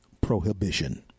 prohibition